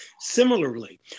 similarly